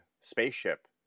spaceship